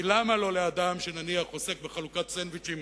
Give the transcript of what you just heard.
כי למה לו לאדם שנניח עוסק בחלוקת סנדוויצ'ים